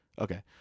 Okay